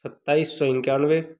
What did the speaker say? सत्ताईस सौ इक्यानबे